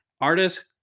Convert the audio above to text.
artist